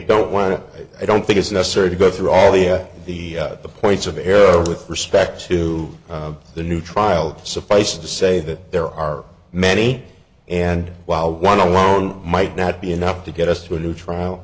don't want to i don't think it's necessary to go through all the yeah the points of error with respect to the new trial suffice to say that there are many and while one alone might not be enough to get us to a new trial